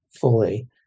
fully